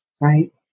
right